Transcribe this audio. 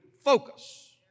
focus